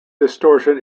distortion